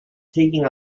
taking